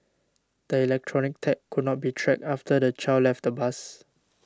the electronic tag could not be tracked after the child left the bus